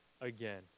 again